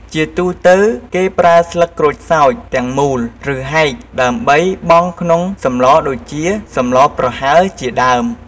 ជាទូទៅ គេប្រើស្លឹកក្រូចសើចទាំងមូល ឬហែកដើម្បីបង់ក្នុងសម្លដូចជា សម្លប្រហើរជាដេីម។